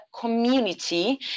community